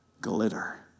glitter